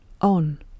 on